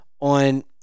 on